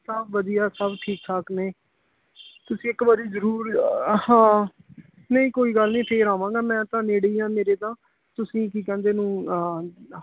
ਸਭ ਵਧੀਆ ਸਭ ਠੀਕ ਠਾਕ ਨੇ ਤੁਸੀਂ ਇੱਕ ਵਾਰ ਜ਼ਰੂਰ ਹਾਂ ਨਹੀਂ ਕੋਈ ਗੱਲ ਨਹੀਂ ਫਿਰ ਆਵਾਂਗਾ ਮੈਂ ਤਾਂ ਨੇੜੇ ਹੀ ਹਾਂ ਮੇਰੇ ਤਾਂ ਤੁਸੀਂ ਕੀ ਕਹਿੰਦੇ ਨੂੰ